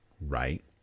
Right